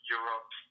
Europe